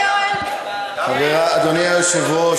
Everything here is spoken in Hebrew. אדוני היושב-ראש,